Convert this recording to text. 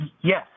yes